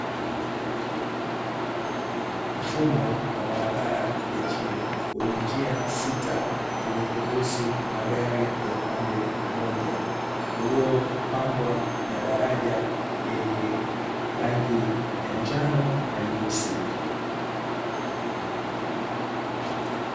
Mfumo wa barabara ya chini wenye njia sita zenye kuruhusu magari upande mmoja, ulipambwa na daraja lenye rangi ya njano na nyeusi.